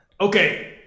Okay